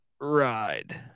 ride